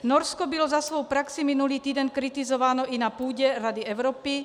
Norsko bylo za svou praxi minulý týden kritizováno i na půdě Rady Evropy.